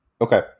Okay